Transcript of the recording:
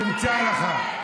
תמצא לך.